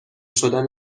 شدن